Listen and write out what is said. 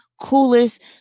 Coolest